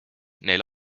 neil